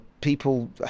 people